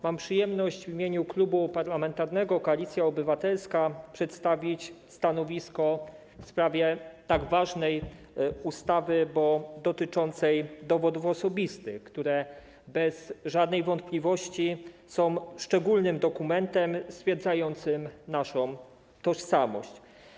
Mam przyjemność w imieniu Klubu Parlamentarnego Koalicja Obywatelska przedstawić stanowisko w sprawie tak ważnej ustawy, bo dotyczącej dowodów osobistych, które bez żadnych wątpliwości są szczególnym dokumentem stwierdzającym naszą tożsamość.